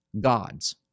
gods